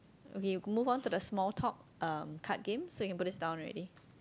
okay go move on to the small talk um card games so you can put this down already